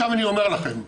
אני אומר לכם,